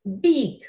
big